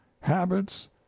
habits